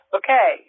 okay